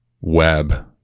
web